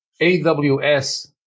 AWS